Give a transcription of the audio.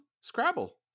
Scrabble